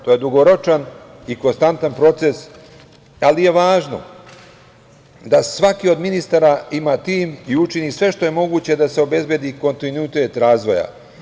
To je dugoročan i konstantan proces, ali je važno da svaki od ministara ima tim i učini sve što je moguće da se obezbedi kontinuitet razvoja.